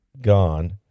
gone